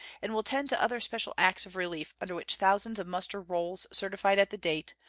and will tend to other special acts of relief under which thousands of muster rolls certified at the date,